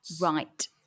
Right